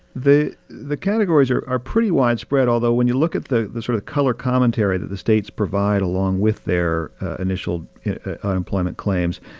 the the categories are are pretty widespread, although when you look at the the sort of color commentary that the states provide along with their initial unemployment claims,